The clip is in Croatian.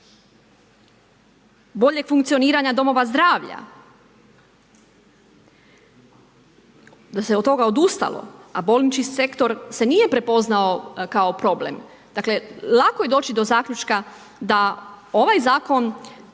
boljeg funkcioniranja domova zdravlja, da se od toga odustalo, a bolnički sektor se nije prepoznao kao problem. dakle lako je doći do zaključka da ovaj zakon